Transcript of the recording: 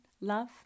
love